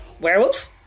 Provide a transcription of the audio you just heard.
Werewolf